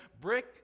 brick